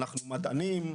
אנחנו מדענים,